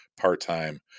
part-time